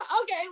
Okay